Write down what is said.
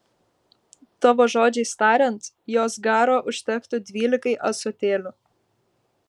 tavo žodžiais tariant jos garo užtektų dvylikai ąsotėlių